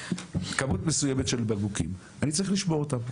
כמות מסוימת של בקבוקים, אני צריך לשמור אותם.